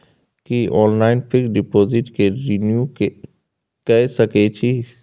की online fix deposit के renew के सकै छी?